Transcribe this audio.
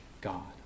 God